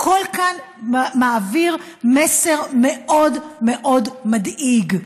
הכול כאן מעביר מסר מאוד מאוד מדאיג.